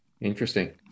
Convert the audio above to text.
interesting